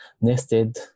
nested